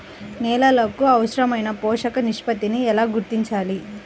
నేలలకు అవసరాలైన పోషక నిష్పత్తిని ఎలా గుర్తించాలి?